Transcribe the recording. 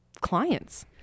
clients